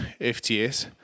FTS